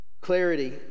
clarity